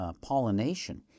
pollination